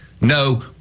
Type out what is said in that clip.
no